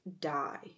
die